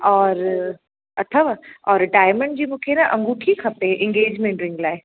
और अथव और डायमंड जी मूंखे न अंगूठी खपे इंगेजमेंट रिंग लाइ